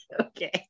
okay